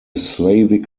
slavic